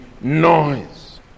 noise